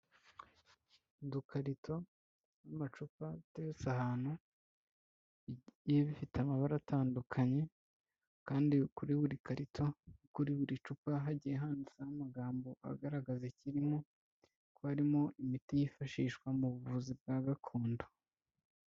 Udukarito n'amacupa ateretse ahantu, bigiye bifite amabara atandukanye, kandi kuri buri karito no kuri buri cupa hagiye handitseho amagambo agaragaza ikirimo, ko harimo imiti yifashishwa mu buvuzi bwa gakondo.